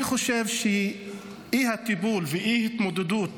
אני חושב שהאי-טיפול ואי-התמודדות